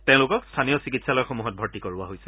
তেওঁলোকক স্থানীয় চিকিৎসালয়সমূহত ভৰ্তি কৰোৱা হৈছে